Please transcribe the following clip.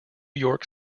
york